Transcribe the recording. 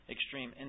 Extreme